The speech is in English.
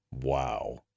wow